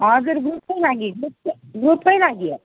हजुर ग्रुपकै लागि ग्रुप ग्रुपकै लागि